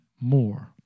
more